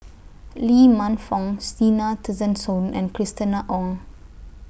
Lee Man Fong Zena Tessensohn and Christina Ong